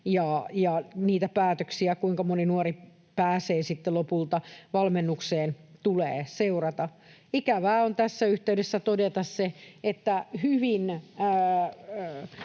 niitä päätöksiä, kuinka moni nuori pääsee sitten lopulta valmennukseen, tulee seurata. Ikävää on tässä yhteydessä todeta se, että hyvin